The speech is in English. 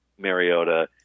Mariota